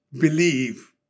believe